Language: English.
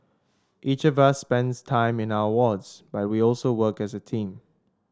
each of us spends time in our wards but we also work as a team